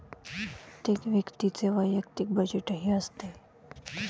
प्रत्येक व्यक्तीचे वैयक्तिक बजेटही असते